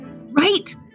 Right